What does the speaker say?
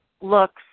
looks